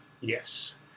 Yes